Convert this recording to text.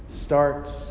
starts